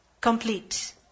complete